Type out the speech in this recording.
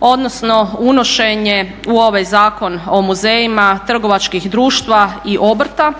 odnosno unošenje u ovaj Zakon o muzejima trgovačkih društva i obrta.